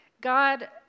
God